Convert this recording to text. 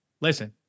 Listen